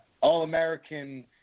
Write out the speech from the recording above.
All-American